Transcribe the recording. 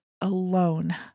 alone